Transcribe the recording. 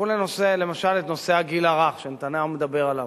קחו למשל את נושא הגיל הרך, שנתניהו מדבר עליו.